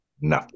no